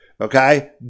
Okay